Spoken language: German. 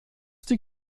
die